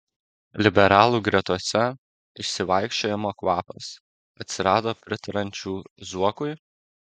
liberalų gretose išsivaikščiojimo kvapas atsirado pritariančių zuokui